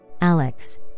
Alex